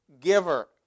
giver